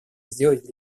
сделать